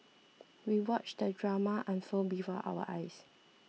we watched the drama unfold before our eyes